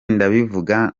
ndabivuga